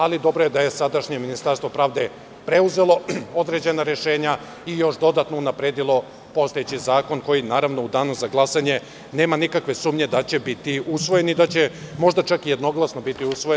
Ali, dobro je da je sadašnje Ministarstvo pravde preuzelo određena rešenja i još dodatno unapredilo postojeći zakon, koji, naravno, u danu za glasanje, nema nikakve sumnje da će biti usvojen i da će možda čak jednoglasno biti usvojen.